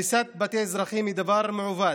הריסת בתי אזרחים היא דבר מעוות.